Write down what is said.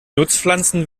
nutzpflanzen